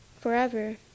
forever